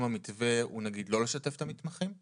המתווה הוא נגיד לא לשתף את המתמחים,